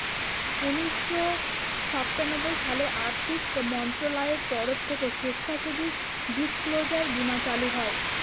উনিশশো সাতানব্বই সালে আর্থিক মন্ত্রণালয়ের তরফ থেকে স্বেচ্ছাসেবী ডিসক্লোজার বীমা চালু হয়